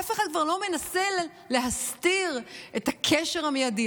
אף אחד כבר לא מנסה להסתיר את הקשר המיידי,